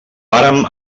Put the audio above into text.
vàrem